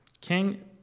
King